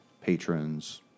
Patron's